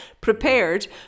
prepared